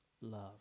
love